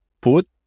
put